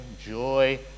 joy